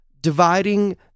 dividing